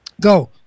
Go